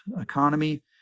economy